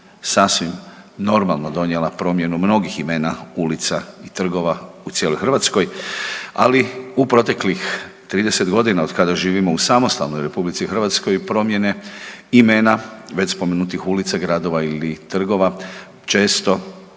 sasvim normalno donijela promjenu mnogih imena ulica i trgova u cijeloj Hrvatskoj, ali u proteklih 30.g. otkada živimo u samostalnoj RH promijene imena već spomenutih ulica, gradova i trgova često